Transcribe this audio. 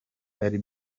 ari